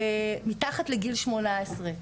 מתחת לגיל 18,